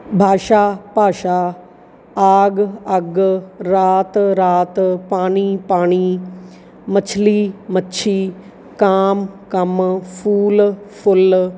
ਬਾਸ਼ਾ ਭਾਸ਼ਾ ਆਗ ਅੱਗ ਰਾਤ ਰਾਤ ਪਾਣੀ ਪਾਣੀ ਮਛਲੀ ਮੱਛੀ ਕਾਮ ਕੰਮ ਫੂਲ ਫੁੱਲ